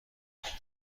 توش